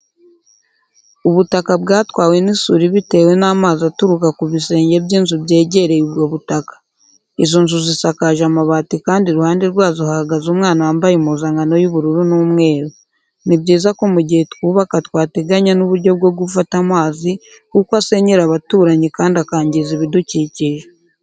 Ubutaka bwatwawe n'isuri bitewe n'amazi aturuka ku bisenge by'inzu byegereye ubwo butaka. Izo nzu zisakaje amabati kandi iruhande rwazo hahagaze umwana wambaye impuzankano y'ubururu n'umweru. Ni byiza ko mu gihe twubaka twateganya n'uburyo bwo gufata amazi, kuko asenyera abaturanyi kandi akangiza ibidukikije.